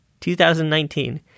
2019